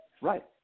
Right